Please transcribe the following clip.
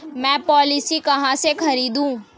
मैं पॉलिसी कहाँ से खरीदूं?